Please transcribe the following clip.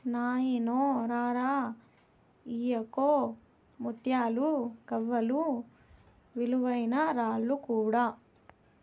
నాయినో రా రా, ఇయ్యిగో ముత్తాలు, గవ్వలు, విలువైన రాళ్ళు కూడా